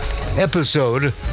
episode